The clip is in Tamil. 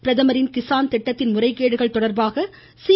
பிரதமரின் கிசான் திட்டத்தின் முறைகேடுகள் தொடர்பாக சி